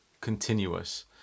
continuous